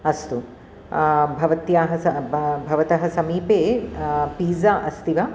अस्तु भवत्याः स् भ भवतः समीपे पीजा़ अस्ति वा